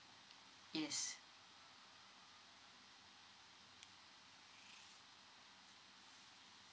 yes